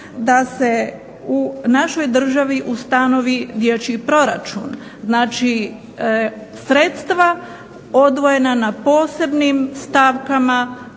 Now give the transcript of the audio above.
da se u našoj državi ustanovi dječji proračun, znači sredstva odvojena na posebnim stavkama